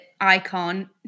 icon